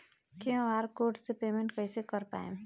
QR code से payment कईसे कर पाएम?